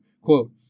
Quote